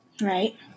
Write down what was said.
Right